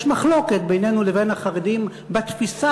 יש מחלוקת בינינו לבין החרדים בתפיסה